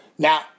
Now